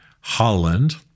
Holland